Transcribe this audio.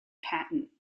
patent